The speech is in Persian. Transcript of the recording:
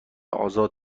آزاد